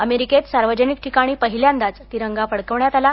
अमेरिकेत सार्वजनिक ठिकाणी पहिल्यांदाच तिरंगा फडकवण्यात आला